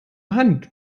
hand